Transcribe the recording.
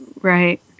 Right